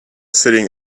sitting